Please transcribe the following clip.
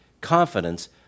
Confidence